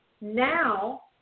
Now